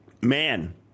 man